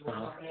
हाँ